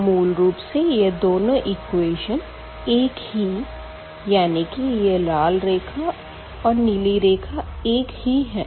तो मूलरूप से यह दोनों इक्वेशन एक ही यानी कि यह लाल रेखा और नीली रेखा एक ही है